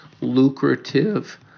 lucrative